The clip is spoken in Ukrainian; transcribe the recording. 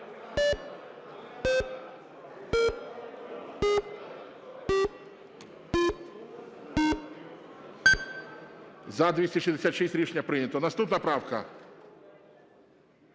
За-266 Рішення прийнято. Наступна правка.